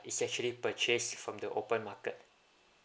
it's actually purchase from the open market